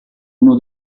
uno